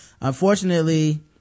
Unfortunately